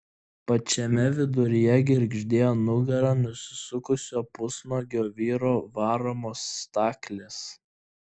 pačiame viduryje girgždėjo nugara nusisukusio pusnuogio vyro varomos staklės